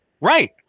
Right